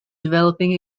developing